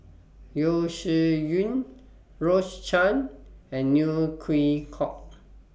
Yeo Shih Yun Rose Chan and Neo Chwee Kok